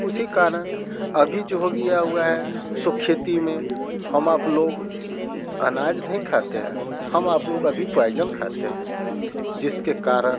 उसी कारण अभी जो हो गया हुआ है सो खेती में हम आप लोग आनाज नहीं खाते हैं हम आप लोग अभी पॉइजन खाते हैं जिसके कारण